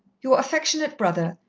your affectionate brother,